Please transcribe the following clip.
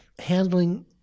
handling